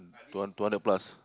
two two hundred plus